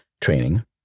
training